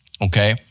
okay